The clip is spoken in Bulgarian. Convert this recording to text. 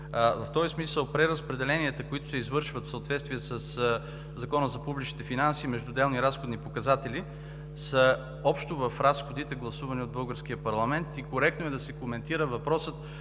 В този смисъл преразпределенията, които се извършват в съответствие със Закона за публичните финанси между отделни разходни показатели, са общо в разходите, гласувани от българския парламент, и е коректно да се коментира въпросът